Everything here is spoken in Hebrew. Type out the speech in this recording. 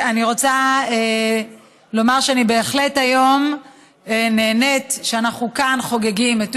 אני רוצה לומר שאני בהחלט נהנית שאנחנו חוגגים כאן היום